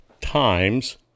times